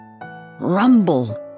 Rumble